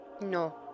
No